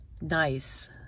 Nice